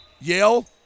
Yale